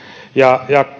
ja ja